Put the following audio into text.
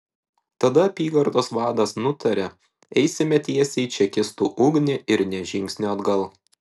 tada apygardos vadas nutarė eisime tiesiai į čekistų ugnį ir nė žingsnio atgal